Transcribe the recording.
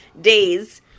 days